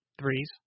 threes